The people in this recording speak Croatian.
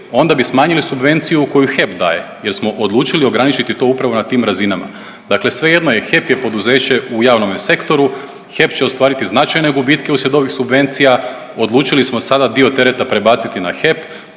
onda bi smanjili subvenciju koju HEP daje jer smo odlučili ograničiti to upravo na tim razinama. Dakle svejedno je, HEP je poduzeće u javnome sektoru, HEP će ostvariti značajne gubitke uslijed ovih subvencija, odlučili smo sada dio tereta prebaciti na HEP,